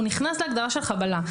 הוא נכנס להגדרה של חבלה.